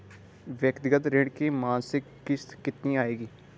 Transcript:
व्यक्तिगत ऋण की मासिक किश्त कितनी आएगी?